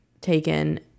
taken